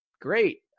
great